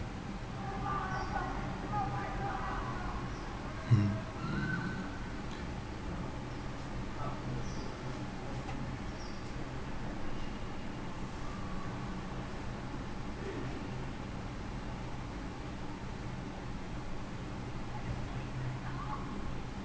mm